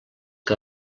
que